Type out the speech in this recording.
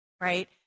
right